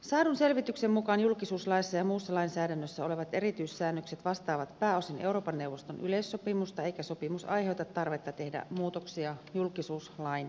saadun selvityksen mukaan julkisuuslaissa ja muussa lainsäädännössä olevat erityissäännökset vastaavat pääosin euroopan neuvoston yleissopimusta eikä sopimus aiheuta tarvetta tehdä muutoksia julkisuuslain säännöksiin